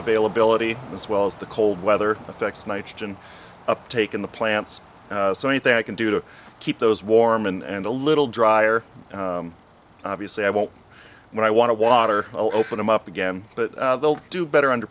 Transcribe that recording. availability as well as the cold weather affects nitrogen uptake in the plants so anything i can do to keep those warm and a little drier obviously i won't when i want to water open them up again but they'll do better under